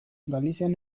galizian